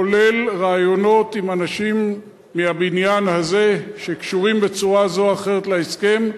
כולל ראיונות עם אנשים מהבניין הזה שקשורים בצורה זו או אחרת להסכם,